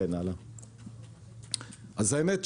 האמת,